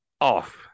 off